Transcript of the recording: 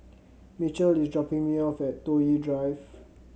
Mitchell is dropping me off at Toh Yi Drive